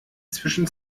zwischen